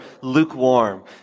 lukewarm